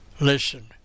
Listen